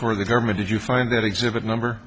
for the government did you find that exhibit number